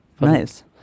Nice